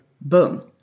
Boom